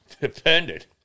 depended